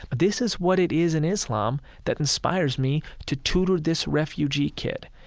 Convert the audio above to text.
but this is what it is in islam that inspires me to tutor this refugee kid.